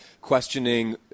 questioning